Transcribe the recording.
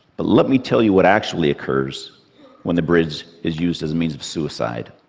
but let me tell you what actually occurs when the bridge is used as a means of suicide.